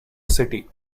city